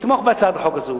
שתתמוך בהצעת החוק הזאת